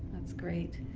that's great.